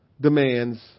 demands